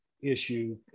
issue